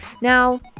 Now